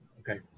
Okay